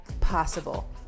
possible